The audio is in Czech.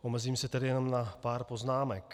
Omezím se tedy jenom na pár poznámek.